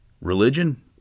Religion